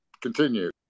continue